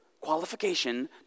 Qualification